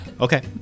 Okay